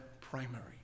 primary